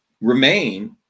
remain